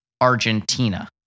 Argentina